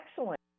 excellent